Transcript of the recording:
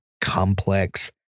complex